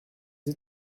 sie